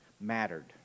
mattered